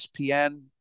ESPN